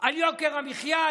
על יוקר המחיה?